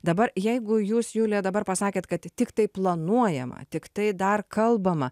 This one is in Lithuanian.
dabar jeigu jūs julija dabar pasakėt kad tiktai planuojama tiktai dar kalbama